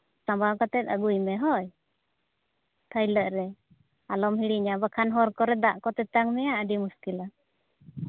ᱥᱟᱢᱵᱟᱣ ᱠᱟᱛᱮ ᱟᱹᱜᱩᱭ ᱢᱮ ᱦᱳᱭ ᱛᱷᱟᱹᱭᱞᱟᱹᱜ ᱨᱮ ᱟᱞᱚᱢ ᱦᱤᱲᱤᱧᱟ ᱵᱟᱠᱷᱟᱱ ᱦᱚᱨ ᱠᱚᱨᱮ ᱫᱟᱜ ᱠᱚ ᱛᱮᱛᱟᱝ ᱢᱮᱭᱟ ᱟᱹᱰᱤ ᱢᱩᱥᱠᱤᱞᱟ